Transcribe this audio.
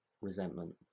resentment